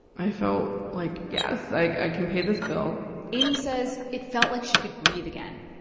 i felt like, yes, like i can pay this bill amy says it felt like she could breathe again,